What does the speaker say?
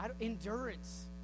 endurance